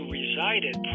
resided